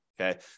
Okay